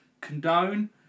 condone